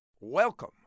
Welcome